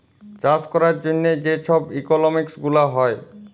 চাষ ক্যরার জ্যনহে যে ছব ইকলমিক্স গুলা হ্যয়